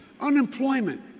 Unemployment